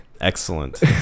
Excellent